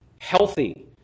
healthy